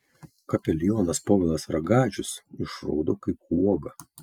kapelionas povilas ragažius išraudo kaip uoga